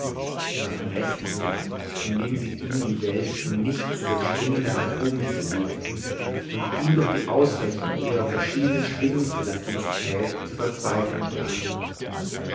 sondern rächten sich indem sie ihm die welt in nichts denn schwingende atome zerlegten und ihn durch die ausrechnung ihrer verschiedenen schwingungselastizität zur verzweiflung brachten